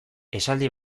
esaldi